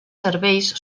cervells